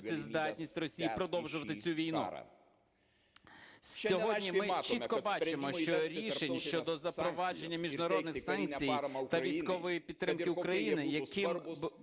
здатність Росії продовжувати цю війну. Сьогодні ми чітко бачимо, що рішень щодо запровадження міжнародних санкцій та військової підтримки України, якими